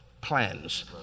Plans